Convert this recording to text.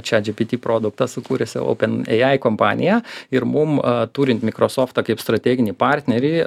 chatgpt produktą sukuręs openai kompanija ir mum turint mikrosoftą kaip strateginį partnerį